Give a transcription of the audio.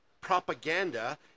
propaganda